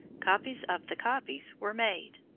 copies of the copies were made,